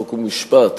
חוק ומשפט